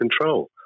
control